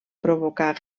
provocar